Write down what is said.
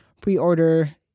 pre-order